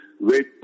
wait